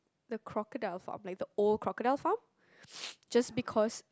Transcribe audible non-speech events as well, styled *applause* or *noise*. the crocodile from old crocodile farm *noise* just because